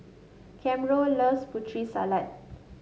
Camron loves Putri Salad